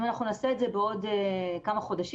אם אנחנו נעשה את זה בעוד כמה חודשים,